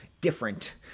different